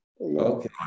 Okay